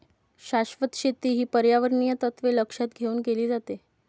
शाश्वत शेती ही पर्यावरणीय तत्त्वे लक्षात घेऊन केली जाते